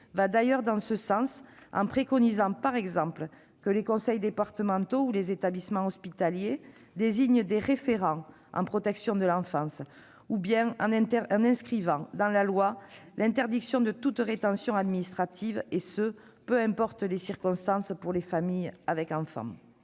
va d'ailleurs dans ce sens, en préconisant par exemple que les conseils départementaux ou les établissements hospitaliers désignent des référents en protection de l'enfance, ou en suggérant d'inscrire dans la loi l'interdiction de toute rétention administrative pour les familles avec enfants,